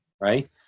right